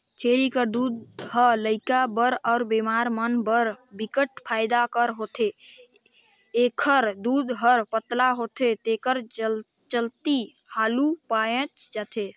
छेरी कर दूद ह लइका बर अउ बेमार मन बर बिकट फायदा कर होथे, एखर दूद हर पतला होथे तेखर चलते हालु पयच जाथे